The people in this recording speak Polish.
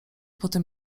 potem